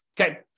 Okay